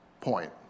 point